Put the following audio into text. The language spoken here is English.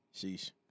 Sheesh